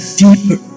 deeper